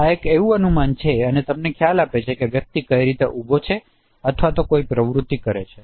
તેથી આ એક અનુમાન છે અને તે તમને ખ્યાલ આપે છે કે વ્યક્તિ કઈ રીતે ઊભો છે અથવા કોઇ પ્રવૃત્તિ કરે છે